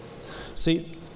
see